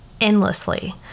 endlessly